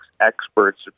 experts